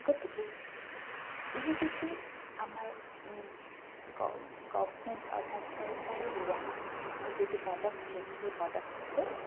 গতিকে এই যিটো আমাৰ গ গভমেণ্ট অৰ্থাৎ চৰকাৰে লোৱা যিটো পদক্ষেপ সেই পদক্ষেপে